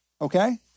Okay